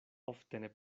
ofte